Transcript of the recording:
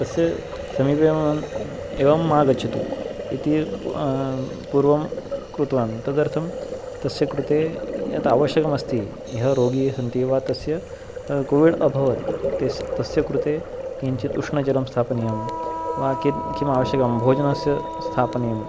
तस्य समीपे एवम् एवम् मा गच्छतु इति पूर्वं कृतवान् तदर्थं तस्य कृते यत् आवश्यकमस्ति यः रोगी सन्ति वा तस्य कोविड् अभवत् ते तस्य कृते किञ्चित् उष्णजलं स्थापनीयं वा किं किम् आवश्यकं भोजनस्य स्थापनीयम्